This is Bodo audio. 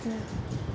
बिदिनो